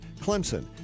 Clemson